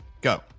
go